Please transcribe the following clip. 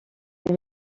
est